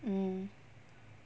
mm